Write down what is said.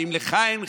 ואם לך אין חמלה,